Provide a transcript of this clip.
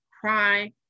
cry